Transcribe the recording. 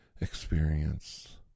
experience